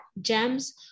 Gems